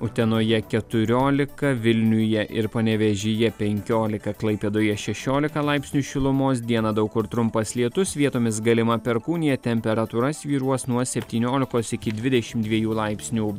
utenoje keturiolika vilniuje ir panevėžyje penkiolika klaipėdoje šešiolika laipsnių šilumos dieną daug kur trumpas lietus vietomis galima perkūnija temperatūra svyruos nuo septyniolikos iki dvidešim dviejų laipsnių